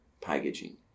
packaging